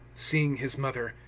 seeing his mother,